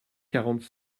quarante